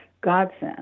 godsend